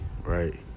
right